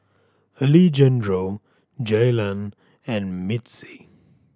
Alejandro Jaylan and Mitzi